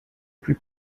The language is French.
plus